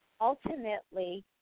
ultimately